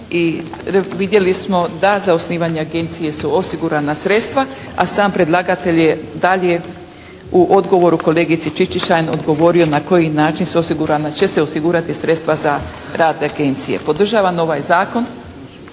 i vidjeli smo da za osnivanje agencije su osigurana sredstva, a sam predlagatelj je dalje u odgovoru kolegici Čičin-Šain odgovorio na koji način su osigurana, će se osigurati sredstva za rad agencije. Podržavam ovaj zakon